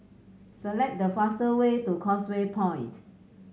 select the faster way to Causeway Point